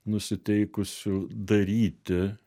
nusiteikusių daryti